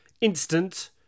instant